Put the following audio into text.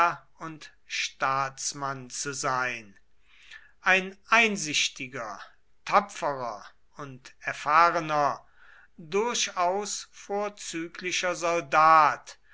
und staatsmann zu sein ein einsichtiger tapferer und erfahrener durchaus vorzüglicher soldat